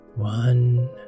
One